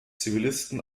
zivilisten